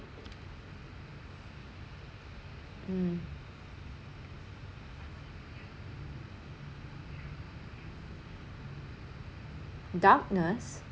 mm darkness